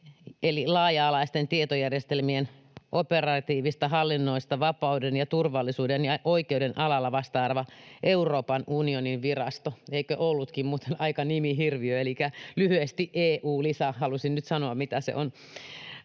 eli laaja-alaisten tietojärjestelmien operatiivisesta hallinnoinnista vapauden ja turvallisuuden ja oikeuden alalla vastaava Euroopan unionin virasto. Eikö ollutkin muuten aika nimihirviö? Elikkä lyhyesti eu-LISA — halusin nyt sanoa, mitä se on